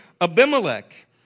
Abimelech